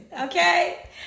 Okay